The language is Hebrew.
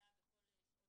זה היה "בכל השעות